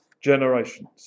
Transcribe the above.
generations